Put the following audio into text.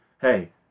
hey